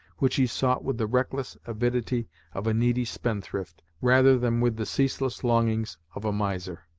which he sought with the reckless avidity of a needy spendthrift, rather than with the ceaseless longings of a miser.